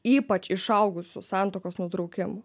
ypač išaugusių santuokos nutraukimų